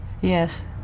Yes